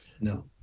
No